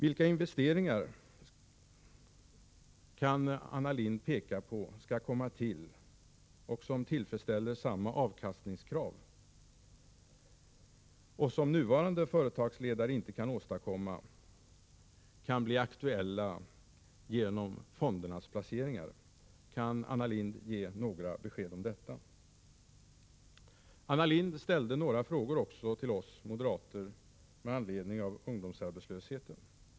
Vilka investeringar, som tillgodoser samma avkastningskrav som nuvarande företagsledare kan åstadkomma, kan bli aktuella genom fondernas placeringar? Kan Anna Lindh ge några besked om detta? Anna Lindh ställde också några frågor till oss moderater beträffande ungdomsarbetslösheten.